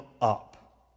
up